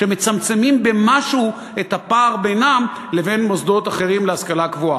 שמצמצמים במשהו את הפער בינם לבין מוסדות אחרים להשכלה גבוהה.